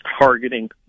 targeting